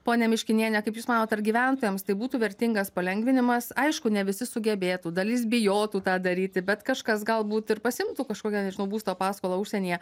ponia miškiniene kaip jūs manot ar gyventojams tai būtų vertingas palengvinimas aišku ne visi sugebėtų dalis bijotų tą daryti bet kažkas galbūt ir pasiimtų kažkokią nežinau būsto paskolą užsienyje